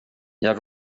jag